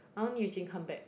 I want Eugene come back